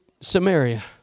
Samaria